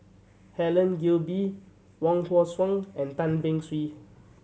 Helen Gilbey Wong Hong Suen and Tan Beng Swee